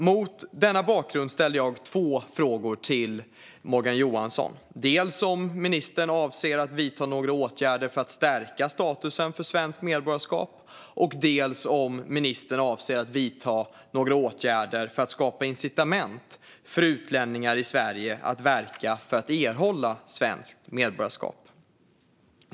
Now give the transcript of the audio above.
Mot denna bakgrund har jag ställt två frågor till justitie och migrationsminister Morgan Johansson, dels om ministern avser att vidta några åtgärder för att stärka statusen för svenskt medborgarskap, dels om ministern avser att vidta några åtgärder för att skapa incitament för utlänningar i Sverige att verka för att erhålla svenskt medborgarskap.